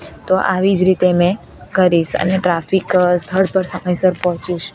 તો આવી જ રીતે મેં કરીશ અને ટ્રાફિક સ્થળ પર સમયસર પહોંચીશ